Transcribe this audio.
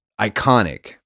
iconic